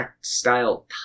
style